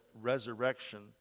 resurrection